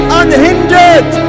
unhindered